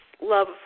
love